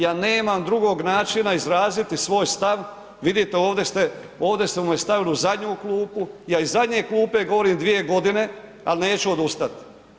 Ja nemam drugog načina izraziti svoj stav, vidite, ovdje ste, ovdje ste me stavili u zadnju klupu, ja iz zadnje klupe govorim dvije godine, ali neću odustat.